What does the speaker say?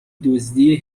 دزدی